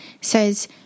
says